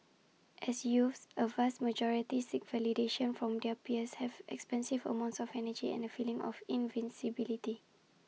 as youths A vast majority seek validation from their peers have expansive amounts of energy and A feeling of invincibility